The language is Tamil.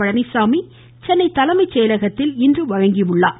பழனிச்சாமி சென்னை தலைமை செயலகத்தில் இன்று வழங்கினார்